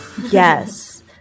Yes